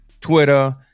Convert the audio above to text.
Twitter